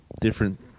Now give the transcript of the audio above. different